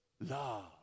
love